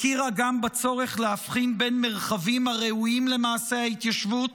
הכירה גם בצורך להבחין בין מרחבים הראויים למעשה ההתיישבות